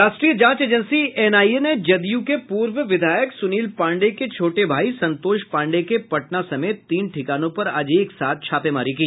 राष्ट्रीय जांच agency NIA ने जदयू के पूर्व विधायक सुनील पांडेय के छोटे भाई संतोष पांडेय के पटना समेत तीन ठिकानों पर आज एक साथ छापेमारी की